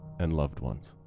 and loved ones.